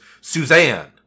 Suzanne